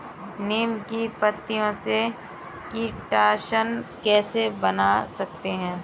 नीम की पत्तियों से कीटनाशक कैसे बना सकते हैं?